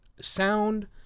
sound